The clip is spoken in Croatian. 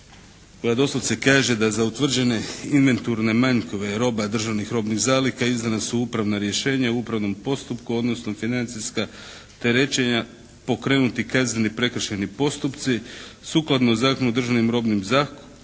doslovce kaže da za utvrđene inventurne manjkove roba državnih robnih zaliha izdana su upravna rješenja u upravnom postupku, odnosno financijska terećenja, pokrenuti kazneni i prekršajni postupci sukladno Zakonu o državnim robnim zalihama